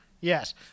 Yes